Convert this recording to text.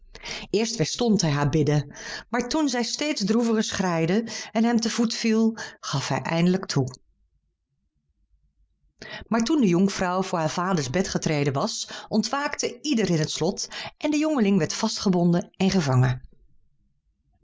eerst weerstond hij haar bidden maar toen zij steeds droeviger schreide en hem te voet viel gaf hij eindelijk toe maar toen de jonkvrouw voor haar vader's bed getreden was ontwaakte ieder in het slot en de jongeling werd vastgebonden en gevangen